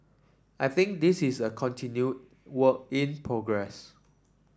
I think this is a continued work in progress